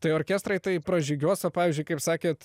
tai orkestrai tai pražygiuos o pavyzdžiui kaip sakėt